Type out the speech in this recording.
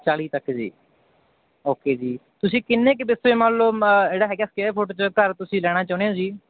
ਚਾਲ੍ਹੀ ਤੱਕ ਜੀ ਓਕੇ ਜੀ ਤੁਸੀਂ ਕਿੰਨੇ ਕੁ ਦਿੱਤੇ ਮੰਨ ਲਓ ਮ ਜਿਹੜਾ ਹੈਗਾ ਸਕੇਅਰ ਫੁੱਟ 'ਚ ਘਰ ਤੁਸੀਂ ਲੈਣਾ ਚਾਹੁੰਦੇ ਹੋ ਜੀ